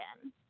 again